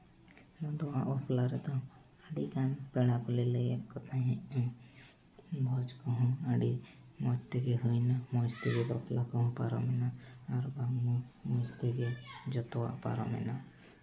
ᱫᱟᱫᱟᱣᱟᱜ ᱵᱟᱯᱞᱟ ᱨᱮᱫᱚ ᱟᱹᱰᱤᱜᱟᱱ ᱯᱮᱲᱟ ᱠᱚᱞᱮ ᱞᱟᱹᱭᱟᱫ ᱠᱚ ᱛᱟᱦᱮᱸᱫᱼᱟ ᱵᱷᱚᱡᱽ ᱠᱚᱦᱚᱸ ᱟᱹᱰᱤ ᱢᱚᱡᱽ ᱛᱮᱜᱮ ᱦᱩᱭᱱᱟ ᱢᱚᱡᱽ ᱛᱮᱜᱮ ᱵᱟᱯᱞᱟ ᱠᱚᱦᱚᱸ ᱯᱟᱨᱚᱢᱮᱱᱟ ᱟᱨ ᱢᱚᱡᱽ ᱛᱮᱜᱮ ᱡᱚᱛᱚᱣᱟᱜ ᱯᱟᱨᱚᱢ ᱮᱱᱟ